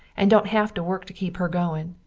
and dont have to work to keep her goin.